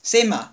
same lah